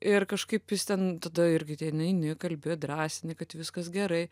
ir kažkaip jis ten tada irgi nueini kalbi drąsini kad viskas gerai